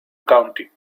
county